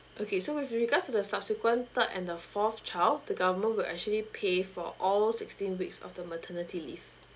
okay so with regards to the subsequent third and the fourth child the government will actually pay for all sixteen weeks of the maternity leave